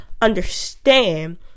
understand